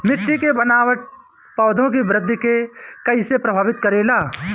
मिट्टी के बनावट पौधों की वृद्धि के कईसे प्रभावित करेला?